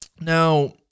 Now